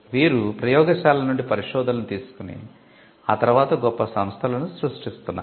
వీరు ప్రయోగశాలల నుండి పరిశోధనలను తీసుకుని ఆ తర్వాత గొప్ప సంస్థలను సృష్టిస్తున్నారు